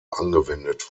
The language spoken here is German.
angewendet